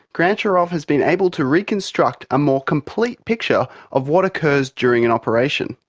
grantcharov has been able to reconstruct a more complete picture of what occurs during an operation.